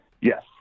Yes